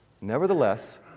Nevertheless